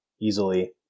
easily